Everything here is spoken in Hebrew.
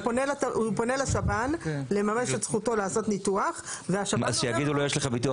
הוא פונה לשב"ן לממש את זכותו לעשות ניתוח והשב"ן אומר לו --- לא,